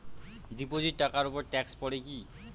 Deposit টাকার উপর tax পড়ে কি?